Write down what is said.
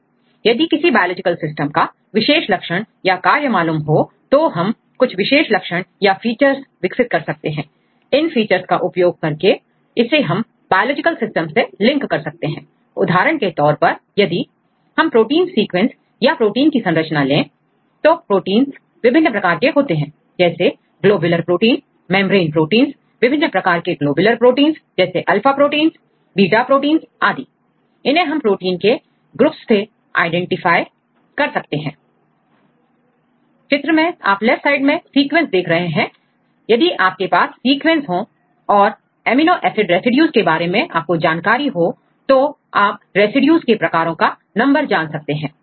If यदिकिसी biological system का विशेष लक्षण या कार्य मालूम हो तो हम कुछ विशेष लक्षण या फीचर्स विकसित कर सकते हैं और इन फीचर्स का उपयोग कर इसे हम बायोलॉजिकल सिस्टम से लिंक कर सकते हैं उदाहरण के तौर पर यदि हम प्रोटीन सीक्वेंसेस या प्रोटीन की संरचना ले तो प्रोटींस विभिन्न प्रकार के होते हैं जैसे ग्लोबुलर प्रोटीन मेंब्रेन प्रोटींस विभिन्न प्रकार के ग्लोबुलर प्रोटींस जैसे अल्फा प्रोटीन बीटा प्रोटींस आदि इन्हें हम प्रोटीन के ग्रुप्स से आईडेंटिफाई कर सकते हैं तो आप लेफ्ट साइड में सीक्वेंस देख सकते हैं यदि आपके पास सीक्वेंस हो और एमिनो एसिड रेसिड्यूज के बारे में जानकारी हो तो आप रेसिड्यूज के प्रकारों का नंबर जान सकते हैं